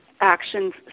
actions